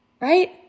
Right